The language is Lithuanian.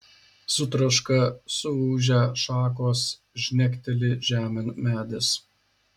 sutraška suūžia šakos žnekteli žemėn medis